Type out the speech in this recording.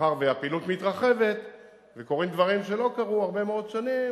מאחר שהפעילות מתרחבת וקורים דברים שלא קרו הרבה מאוד שנים,